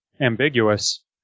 ambiguous